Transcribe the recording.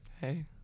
hey